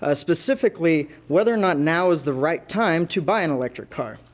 ah specifically whether or not now is the right time to buy an electric car.